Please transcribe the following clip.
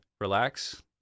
relax